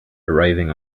arriving